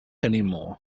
anymore